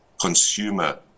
consumer